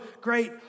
great